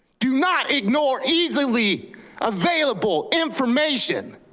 do not ignore easily available information.